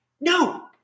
no